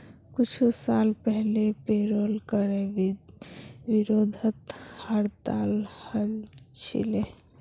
कुछू साल पहले पेरोल करे विरोधत हड़ताल हल छिले